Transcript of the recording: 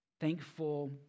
thankful